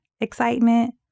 excitement